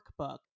workbook